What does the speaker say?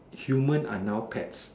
human are now pets